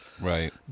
Right